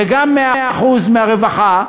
וגם 100% הרווחה,